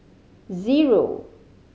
zero